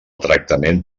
tractament